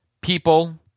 people